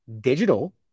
digital